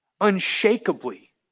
unshakably